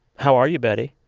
how are you, betty?